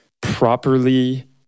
properly